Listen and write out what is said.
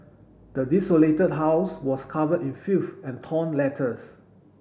the desolated house was covered in filth and torn letters